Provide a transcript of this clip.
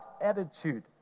attitude